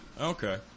Okay